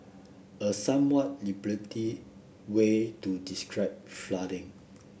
a somewhat liberty way to describe flooding